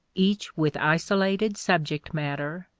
each with isolated subject matter,